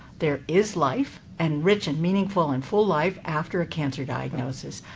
there is life and rich, and meaningful, and full life after a cancer diagnosis.